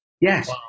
Yes